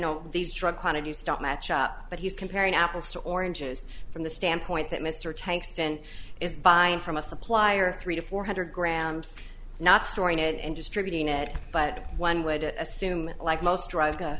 know these drug quantities don't match up but he's comparing apples to oranges from the standpoint that mr tank stand is buying from a supplier of three to four hundred grams not storing it and distributing it but one would assume like most